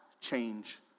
change